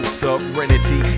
serenity